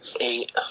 Eight